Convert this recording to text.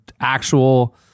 actual